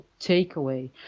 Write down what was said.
takeaway